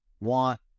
want